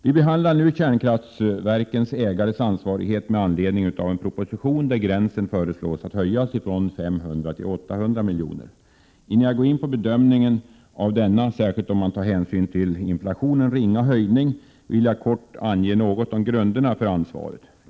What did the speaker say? Vi behandlar nu kärnkraftverkens ägares ansvarighet med anledning av en proposition där gränsen föreslås att höjas från 500 till 800 milj.kr. Innan jag går in på en bedömning av denna, särskilt om man tar hänsyn till inflationen, ringa höjning, vill jag kort ange något om grunderna för ansvaret.